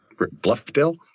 Bluffdale